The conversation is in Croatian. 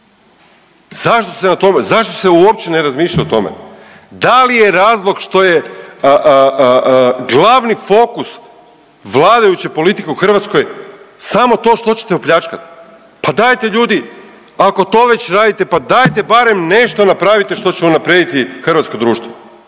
zašto se uopće ne razmišlja o tome? Da li je razlog što je glavni fokus vladajuće politike u Hrvatskoj samo to što ćete opljačkat? Pa dajte ljudi ako to već radite, pa dajte barem nešto napravite što će unaprijediti hrvatsko društvo,